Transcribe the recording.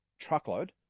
truckload